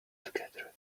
together